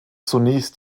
zunächst